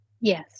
Yes